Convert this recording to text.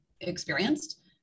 experienced